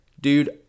Dude